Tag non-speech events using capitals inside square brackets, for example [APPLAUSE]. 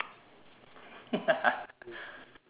[LAUGHS]